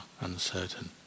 uncertain